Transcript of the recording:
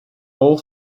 all